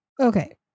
Okay